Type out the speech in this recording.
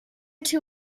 too